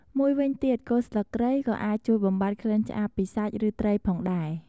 មួយវិញទៀតគល់ស្លឹកគ្រៃក៏អាចជួយបំបាត់ក្លិនឆ្អាបពីសាច់ ឬត្រីផងដែរ។